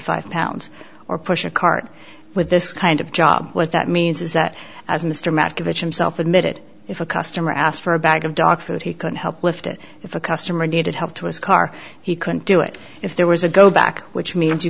five pounds or push a cart with this kind of job what that means is that as mr mack of a self admitted if a customer asked for a bag of dog food he could help lift it if a customer needed help to his car he couldn't do it if there was a go back which means you